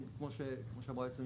כמו שאמרה היועצת המשפטית,